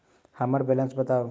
हम्मर बैलेंस बताऊ